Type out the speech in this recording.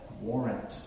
warrant